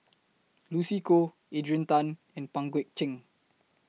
Lucy Koh Adrian Tan and Pang Guek Cheng